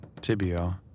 Tibio